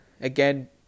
Again